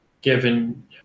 given